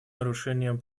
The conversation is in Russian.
нарушением